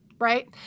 Right